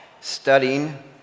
studying